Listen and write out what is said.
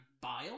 bile